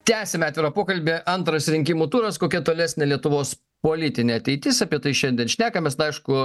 tęsiame atvirą pokalbį antras rinkimų turas kokia tolesnė lietuvos politinė ateitis apie tai šiandien šnekamės na aišku